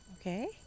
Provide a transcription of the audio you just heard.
Okay